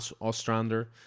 Ostrander